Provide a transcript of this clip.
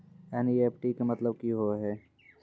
NEFT के मतलब का होव हेय?